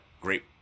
great